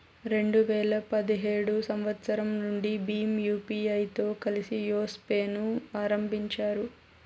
రెండు వేల పదిహేడు సంవచ్చరం నుండి భీమ్ యూపీఐతో కలిసి యెస్ పే ను ఆరంభించారు